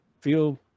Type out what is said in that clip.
feel